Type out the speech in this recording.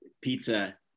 pizza